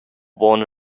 worn